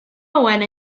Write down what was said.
owen